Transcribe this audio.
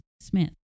Smith